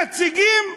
נציגים?